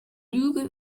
lüge